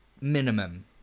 minimum